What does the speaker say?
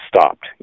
stopped